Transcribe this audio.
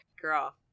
Girl